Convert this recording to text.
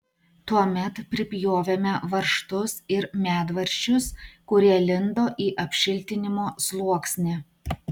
tuomet pripjovėme varžtus ir medvaržčius kurie lindo į apšiltinimo sluoksnį